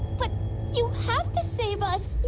but you felt the same us